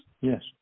Yes